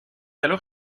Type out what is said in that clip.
alors